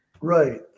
Right